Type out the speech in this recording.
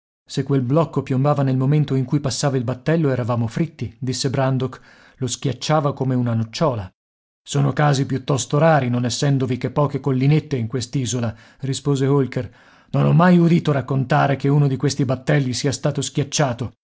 se quel blocco piombava nel momento in cui passava il battello eravamo fritti disse brandok lo schiacciava come una nocciola sono casi piuttosto rari non essendovi che poche collinette in quest'isola rispose holker non ho mai udito raccontare che uno di questi battelli sia stato schiacciato